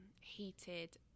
heated